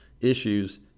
issues